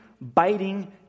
biting